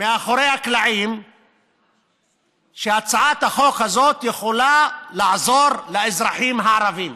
מאחורי הקלעים שהצעת החוק הזאת יכולה לעזור לאזרחים הערבים,